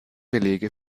belege